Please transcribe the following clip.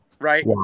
right